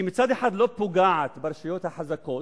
שמצד אחד לא פוגעת ברשויות החזקות,